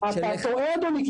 אתה טועה, אדוני.